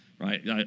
right